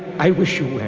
i wish you well.